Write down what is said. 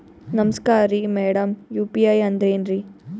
ನಮಸ್ಕಾರ್ರಿ madam UPI ಅಂದ್ರೆನ್ರಿ?